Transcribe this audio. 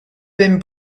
been